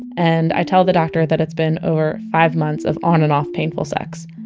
and i tell the doctor that it's been over five months of on and off painful sex